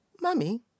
Mummy